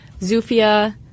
Zufia